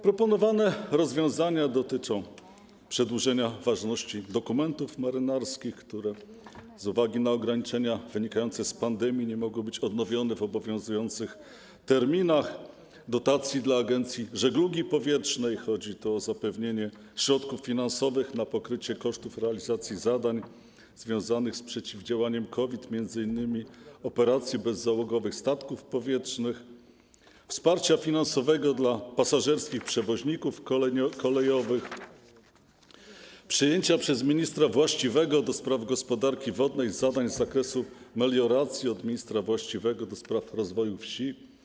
Proponowane rozwiązania dotyczą przedłużenia ważności dokumentów marynarskich, które z uwagi na ograniczenia wynikające z pandemii nie mogły być odnowione w obowiązujących terminach, dotacji dla Agencji Żeglugi Powietrznej - chodzi tu o zapewnienie środków finansowych na pokrycie kosztów realizacji zadań związanych z przeciwdziałaniem COVID, m.in. operacji bezzałogowych statków powietrznych - wsparcia finansowego dla pasażerskich przewoźników kolejowych, przejęcia przez ministra właściwego do spraw gospodarki wodnej zadań z zakresu melioracji od ministra właściwego do spraw rozwoju wsi.